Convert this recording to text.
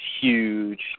huge